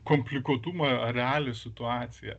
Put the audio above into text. komplikuotumą ar realią situaciją